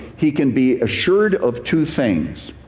he can be assured of two things.